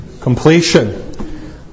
Completion